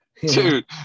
Dude